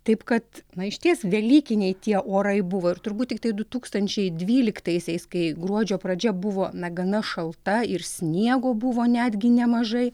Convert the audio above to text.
taip kad na išties velykiniai tie orai buvo ir turbūt tiktai du tūkstančiai dvyliktaisiais kai gruodžio pradžia buvo na gana šalta ir sniego buvo netgi nemažai